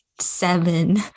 seven